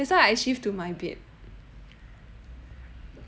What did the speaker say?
that's why I shift to my bed